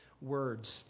words